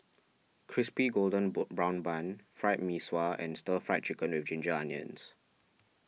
Crispy Golden Brown Bun Fried Mee Sua and Stir Fried Chicken with Ginger Onions